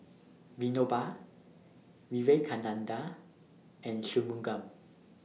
Vinoba Vivekananda and Shunmugam